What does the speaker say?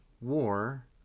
war